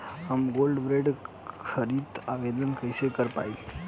हम gold bond करतिं आवेदन कइसे कर पाइब?